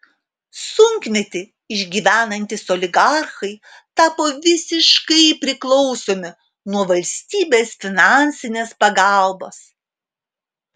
sunkmetį išgyvenantys oligarchai tapo visiškai priklausomi nuo valstybės finansinės pagalbos